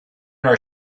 our